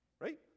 Right